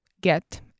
get